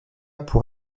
pour